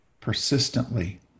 persistently